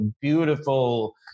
beautiful